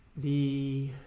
the